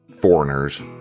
foreigners